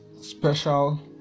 special